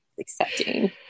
Accepting